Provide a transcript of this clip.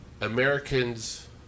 Americans